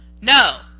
No